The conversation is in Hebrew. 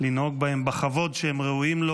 לנהוג בהם בכבוד שהם ראויים לו,